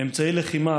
אמצעי לחימה,